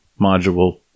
module